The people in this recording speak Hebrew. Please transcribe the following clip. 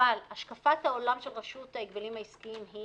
אבל השקפת העולם של רשות ההגבלים העסקיים היא